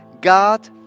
God